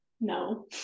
No